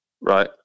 right